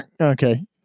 Okay